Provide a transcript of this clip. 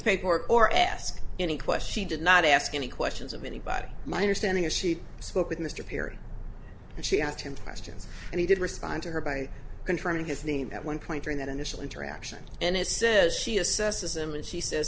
paperwork or ask any question did not ask any questions of anybody my understanding is she spoke with mr perry and she asked him questions and he did respond to her by confirming his name at one point during that initial interaction and it says she assesses him and she says